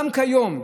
גם כיום,